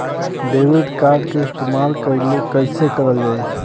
Debit card के इस्तेमाल कइसे करल जाला?